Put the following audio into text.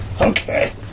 okay